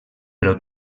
però